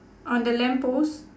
on the lamp post